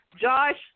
Josh